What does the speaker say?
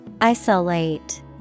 Isolate